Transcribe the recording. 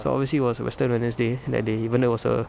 so obviously it was a western wednesday that they even there was a